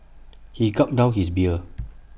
he gulped down his beer